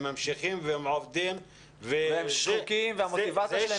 ממשיכים והם עובדים --- והם שחוקים והמוטיבציה שלהם נפגעת.